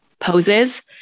poses